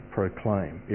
proclaim